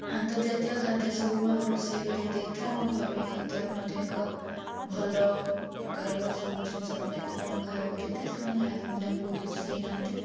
ଆନ୍ତର୍ଜାତୀୟ ଖାଦ୍ୟ ସବୁମାନ ରୋଷେଇ କରିକି ଦେଇଥାଏ ଆମ ଘରୋଇ ଖାଦ୍ୟର ମଧ୍ୟ ଏକ ଭଲ ପ୍ରକାରର ସବୁ ଜିନିଷ ରଖିକି ତାଙ୍କୁ ଖାଇବାକୁ ଦେଇଥାଏ ସେମାନେ ଖାଇକି ମଧ୍ୟ ବହୁତ ଖୁସି ହେଇଥାଆନ୍ତି